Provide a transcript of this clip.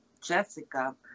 Jessica